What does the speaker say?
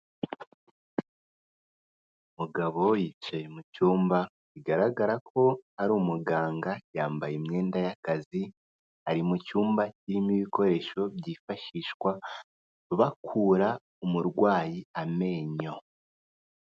Umugabo yicaye mu cyumba, bigaragara ko ari umuganga, yambaye imyenda y'akazi, ari mucyumba kirimo ibikoresho byifashishwa, bakura umurwayi amenyo.